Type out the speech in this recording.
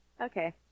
Okay